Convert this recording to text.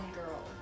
girl